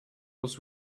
was